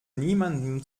niemandem